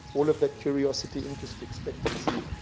all of the curiosity, interest, expectancy,